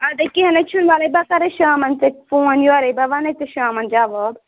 اَدٕے کیٚنٛہہ نہٕے چھُنہٕ وَلَے بہٕ کَرے شامَن ژِےٚ فون یورَے بہٕ وَنَے ژےٚ شامَن جَواب